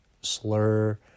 slur